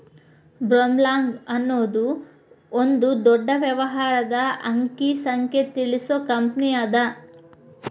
ಬ್ಲೊಮ್ರಾಂಗ್ ಅನ್ನೊದು ಒಂದ ದೊಡ್ಡ ವ್ಯವಹಾರದ ಅಂಕಿ ಸಂಖ್ಯೆ ತಿಳಿಸು ಕಂಪನಿಅದ